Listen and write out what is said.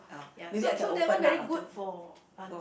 ya so so that one very good for